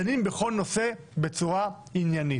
דנים בכל נושא בכל נושא בצורה עניינית.